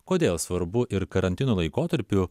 kodėl svarbu ir karantino laikotarpiu